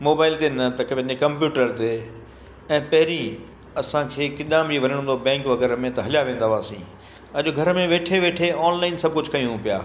mobile ते न त पंहिंजे कंप्यूटर ते ऐं पहिरीं असांखे केॾांहुं बि वञिणो हूंदो हुओ बैंक वग़ैरह में त हलिया वेंदा हुआसीं अॼु घर में वेठे वेठे ऑनलाइन सभु कुझु कयूं पिया